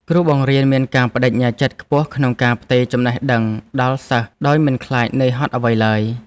គ្រូបង្រៀនមានការប្តេជ្ញាចិត្តខ្ពស់ក្នុងការផ្ទេរចំណេះដឹងដល់សិស្សដោយមិនខ្លាចនឿយហត់អ្វីឡើយ។